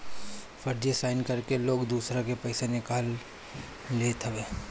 फर्जी साइन करके लोग दूसरा के पईसा निकाल लेत हवे